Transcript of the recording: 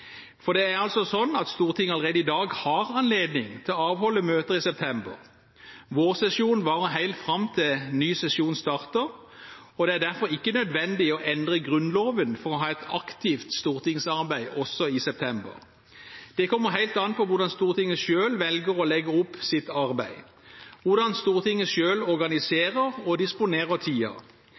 For det er altså slik at Stortinget allerede i dag har anledning til å avholde møter i september. Vårsesjonen varer helt fram til ny sesjon starter. Det er derfor ikke nødvendig å endre Grunnloven for å ha et aktivt stortingsarbeid også i september. Det kommer helt an på hvordan Stortinget selv velger å legge opp sitt arbeid, hvordan Stortinget selv organiserer og disponerer